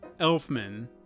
Elfman